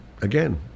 again